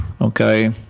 Okay